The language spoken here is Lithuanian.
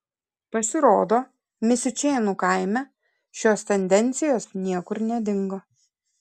pasirodo misiučėnų kaime šios tendencijos niekur nedingo